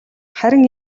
харин